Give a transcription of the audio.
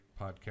podcast